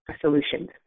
solutions